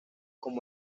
con